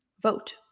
vote